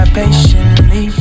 patiently